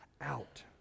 out